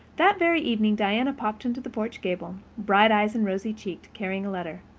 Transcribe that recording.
that very evening diana popped into the porch gable, bright-eyed and rosy cheeked, carrying a letter.